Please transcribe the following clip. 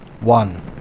One